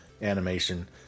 Animation